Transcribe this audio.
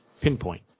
pinpoint